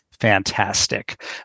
fantastic